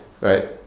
right